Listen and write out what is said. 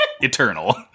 Eternal